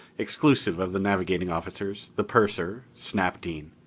exclusive of the navigating officers, the purser, snap dean,